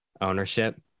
ownership